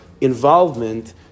involvement